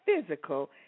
physical